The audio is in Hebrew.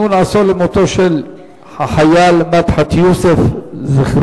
ציון עשור למותו של החייל מדחת יוסף ז"ל.